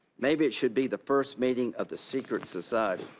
maybe it should be the first meeting of the secret society.